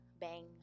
bang